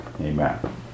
amen